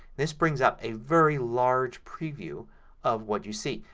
this brings up a very large preview of what you see.